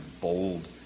bold